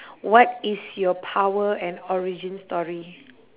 what is your power and origin story